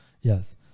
Yes